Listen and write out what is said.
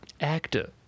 actor